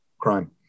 crime